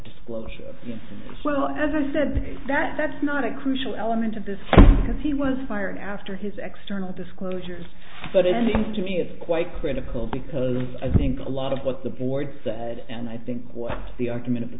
disclosure well as i said that that's not a crucial element of this because he was fired after his external disclosures but in these to me it's quite critical because i think a lot of what the board said and i think what the argument of the